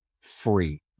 free